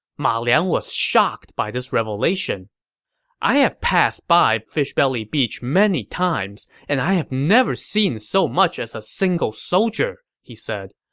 ma liang was shocked by this revelation i have passed fishebelly beach many times, and i have never seen so much as a single soldier, he said.